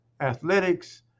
athletics